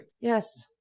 yes